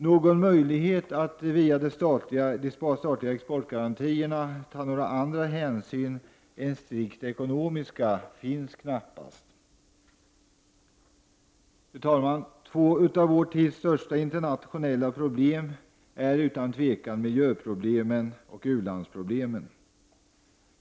Någon möjlighet att via de statliga exportgarantierna ta några andra hänsyn än strikt ekonomiska finns knappast. Fru talman! Två av vår tids största internationella problem är utan tvivel miljöproblemen och u-landsproblemen.